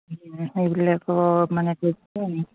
এইবিলাকো মানে কি কয়